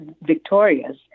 victorious